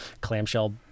clamshell